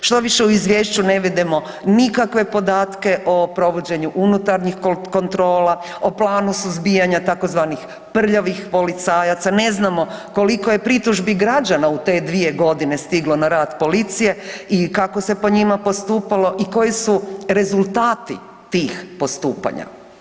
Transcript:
Štoviše u izvješću ne vidimo nikakve podatke o provođenju unutarnjih kontrola, o planu suzbijanja tzv. prljavih policajaca, ne znamo koliko je pritužbi građana u te dvije godine stiglo na rad policije i kako se po njima postupalo i koji su rezultati tih postupanja.